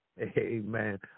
amen